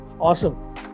Awesome